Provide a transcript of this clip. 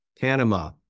Panama